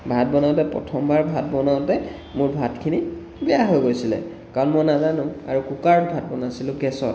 ভাত বনাওঁতে প্ৰথমবাৰ ভাত বনাওঁতে মোৰ ভাতখিনি বেয়া হৈ গৈছিলে কাৰণ মই নাজানো আৰু কুকাৰত ভাত বনাইছিলোঁ গেছত